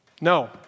No